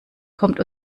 kommt